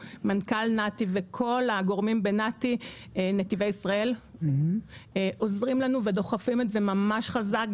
מנכ"ל נת"י וכל הגורמים בנת"י עוזרים לנו ודוחפים את זה ממש חזק.